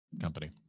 company